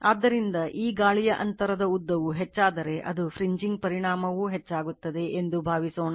ಆದ್ದರಿಂದ ಈ ಗಾಳಿಯ ಅಂತರದ ಉದ್ದವು ಹೆಚ್ಚಾದರೆ ಅದು fringing ಪರಿಣಾಮವೂ ಹೆಚ್ಚಾಗುತ್ತದೆ ಎಂದು ಭಾವಿಸೋಣ